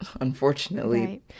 unfortunately